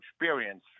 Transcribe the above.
experience